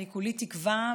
כולי תקווה,